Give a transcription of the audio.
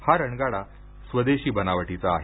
हा रणगाडा स्वदेशी बनावटीचा आहे